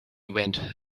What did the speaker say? went